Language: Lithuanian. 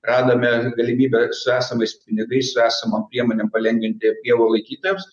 radome galimybę su esamais pinigais su esamom priemonėm palengvinti pievų laikytojams